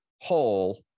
whole